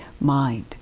mind